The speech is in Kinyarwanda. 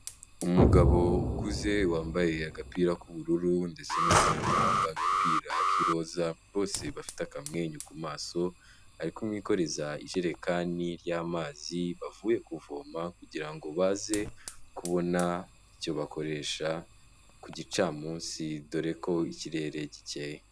Umugabo ukuze wambaye agapira k'ubururu ndetse n'umwana wambaye agapira kiroza, bose bafite akamwenyu ku maso ari kumwikoreza ijerekani ry'amazi bavuye kuvoma, kugirango ngo baze kubona icyo bakoresha ku gicamunsi dore ko ikirere gikeye.